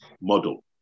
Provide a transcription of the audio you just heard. model